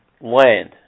land